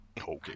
okay